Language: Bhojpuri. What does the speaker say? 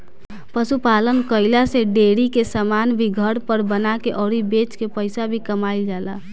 पशु पालन कईला से डेरी के समान भी घर पर बना के अउरी बेच के पईसा भी कमाईल जाला